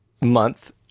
month